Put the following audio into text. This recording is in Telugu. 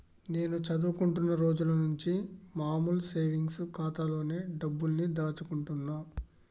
నేను చదువుకుంటున్న రోజులనుంచి మామూలు సేవింగ్స్ ఖాతాలోనే డబ్బుల్ని దాచుకుంటున్నా